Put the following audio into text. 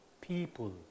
people